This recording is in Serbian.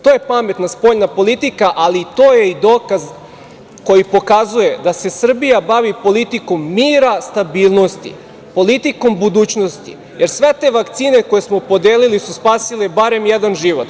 To je pametna spoljna politika, ali to je i dokaz koji pokazuje da se Srbija bavi politikom mira, stabilnosti, politikom budućnosti, jer sve te vakcine koje smo podelili su spasile barem jedan život.